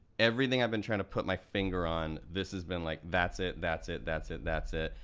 everything i've been trying to put my finger on, this has been like that's it, that's it, that's it, that's it,